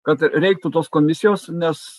kad reiktų tos komisijos nes